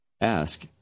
Ask